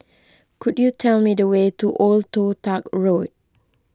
could you tell me the way to Old Toh Tuck Road